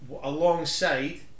alongside